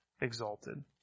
exalted